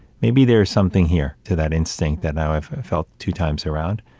maybe there's something here to that instinct that now i've felt two times around.